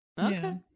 Okay